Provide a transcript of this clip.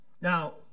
Now